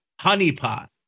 honeypot